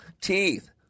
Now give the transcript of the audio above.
Teeth